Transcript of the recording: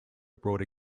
abroad